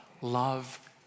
love